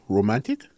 Romantic